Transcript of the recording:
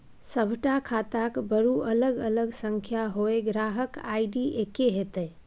सभटा खाताक बरू अलग अलग संख्या होए ग्राहक आई.डी एक्के हेतै